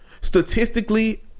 Statistically